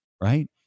right